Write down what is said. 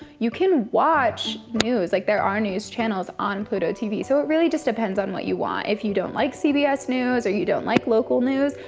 you can watch news. like there are news channels on pluto tv. so it really just depends on what you want. if you don't like cbs news, or you don't like local news,